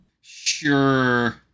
Sure